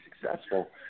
successful